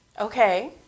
Okay